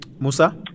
Musa